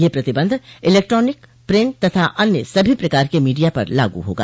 यह प्रतिबंध electronic print तथा अन्य सभी प्रकार के मीडिया पर लागू होगा